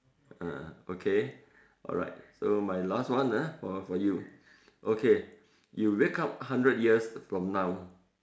uh okay alright so my last one ah for for you okay you wake up hundred years from now